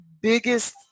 biggest